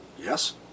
Yes